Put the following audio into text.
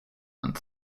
and